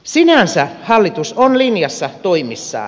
sinänsä hallitus on linjassa toimissaan